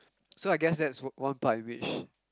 so I guess that's one one part which